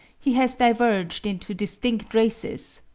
he has diverged into distinct races,